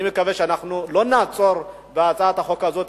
אני מקווה שלא נעצור בהצעת החוק הזאת,